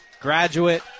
graduate